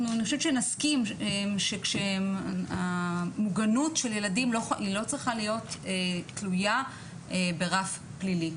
אני חושבת שנסכים שהמוגנות של ילדים לא צריכה להיות תלויה ברף פלילי,